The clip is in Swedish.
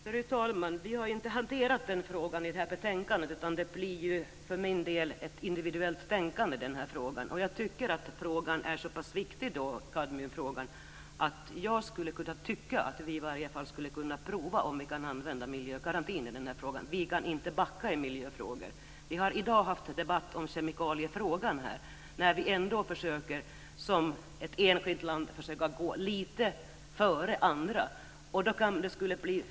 Fru talman! Vi har inte hanterat den frågan i det här betänkandet. För min del blir det då ett individuellt tänkande, och jag tycker att frågan är så pass viktig att vi borde kunna prova om miljögarantin kan tillämpas. Vi kan inte backa i miljöfrågor. Vi har i dag haft en debatt om kemikaliefrågan. Som ett enskilt land har vi försökt att gå lite före andra länder.